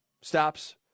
stops